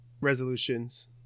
resolutions